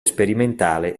sperimentale